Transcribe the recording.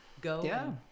Go